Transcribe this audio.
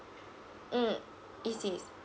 mm E_C's